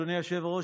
אדוני היושב-ראש,